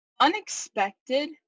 unexpected